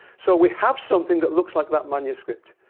so we have something that looks like that manuscript.